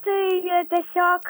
tai tiesiog